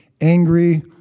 Angry